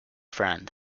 friend